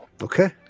Okay